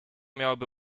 miałoby